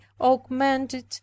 augmented